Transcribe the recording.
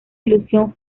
ilusión